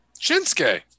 Shinsuke